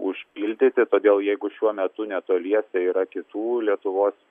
užpildyti todėl jeigu šiuo metu netoliese yra kitų lietuvos